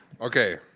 Okay